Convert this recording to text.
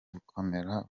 gukomera